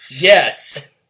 Yes